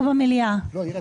המליאה.